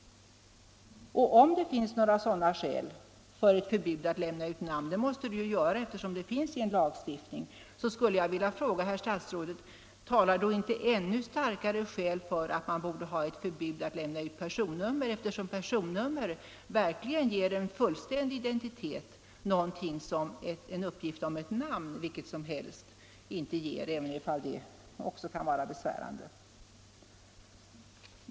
Och om det finns några skäl för ett förbud att lämna ut namn — och det måste det ju finnas, eftersom vi har förbudet i vår lagstiftning — vill jag fråga statsrådet: Talar inte ännu starkare skäl för att vi borde ha ett förbud att lämna ut personnummer, eftersom dessa ger en fullständig identitet, något som uppgift om ett namn vilket som helst inte gör, även om också det kan vara identitetskränkande?